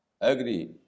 agree